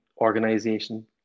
organization